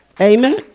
Amen